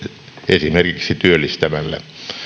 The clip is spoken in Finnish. esimerkiksi työllistämällä